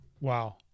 Wow